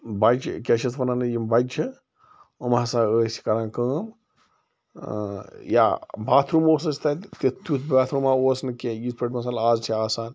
بَچہِ کیٛاہ چھِ اَتھ وَنان ٲں یِم بَچہِ چھِ یِم ہَسا ٲسۍ کران کٲم ٲں یا باتھ روٗم اوس اسہِ تَتہِ تِتھ تیٛتھ باتھ روٗمہ اوس نہٕ کیٚنٛہہ یِتھ پٲٹھۍ مثال آز چھِ آسان